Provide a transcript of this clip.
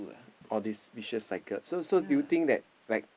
all these vicious cycle so do you think that like